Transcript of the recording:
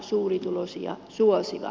suurituloisia suosiva